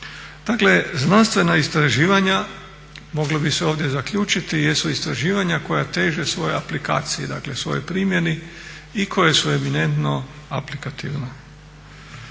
Dakle znanstvena istraživanja, moglo bi se ovdje zaključiti jesu istraživanja koja teže svojoj aplikaciji dakle svojoj primjeni i koja su eminentno aplikativna.